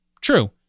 true